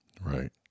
right